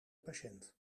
patiënt